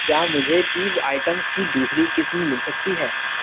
کیا مجھے چیز آئٹمز کی دوسری قسم مل سکتی ہے